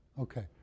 Okay